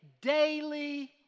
daily